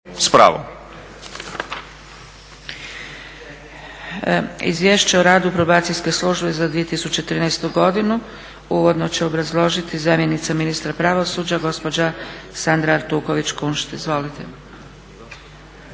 sjednici. Izvješće o radu probacijske službe za 2013. godinu uvodno će obrazložiti zamjenica ministra pravosuđa gospođa Sandra Artuković Kunšt. Izvolite.